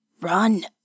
Run